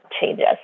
changes